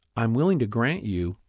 i'm willing to grant you,